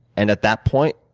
and at that point,